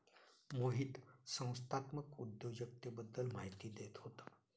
मोहन संस्थात्मक उद्योजकतेबद्दल माहिती देत होता